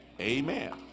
Amen